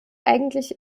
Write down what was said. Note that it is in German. eigentlich